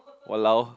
!walao!